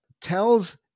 tells